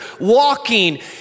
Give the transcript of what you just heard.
walking